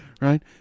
Right